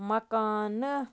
مکانہٕ